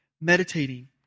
meditating